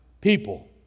people